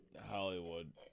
Hollywood